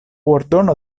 ordono